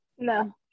No